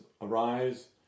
arise